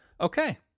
Okay